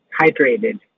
hydrated